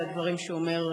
את הדברים שהוא אומר,